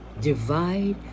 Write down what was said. Divide